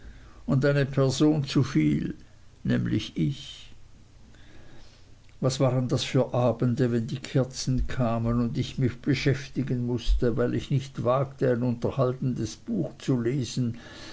und eine person zu viel nämlich ich was waren das für abende wenn die kerzen kamen und ich mich beschäftigen mußte und weil ich nicht wagte ein unterhaltendes buch zu lesen